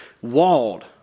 walled